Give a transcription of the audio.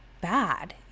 bad